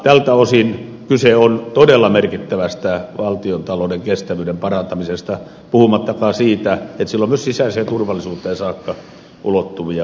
tältä osin kyse on todella merkittävästä valtiontalouden kestävyyden parantamisesta puhumattakaan siitä että sillä on myös sisäiseen turvallisuuteen saakka ulottuvia myönteisiä vaikutuksia